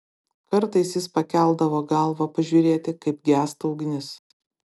kartais jis pakeldavo galvą pažiūrėti kaip gęsta ugnis